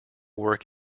work